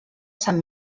sant